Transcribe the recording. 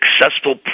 successful